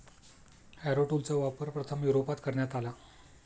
Harrow टूलचा वापर प्रथम युरोपात करण्यात आला